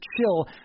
chill